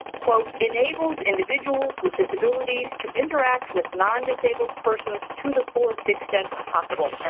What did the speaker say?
quote, enables individuals with disabilities to interact with nondisabled persons to the fullest extent possible,